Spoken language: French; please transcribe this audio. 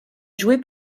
joué